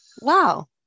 wow